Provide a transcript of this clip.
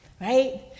right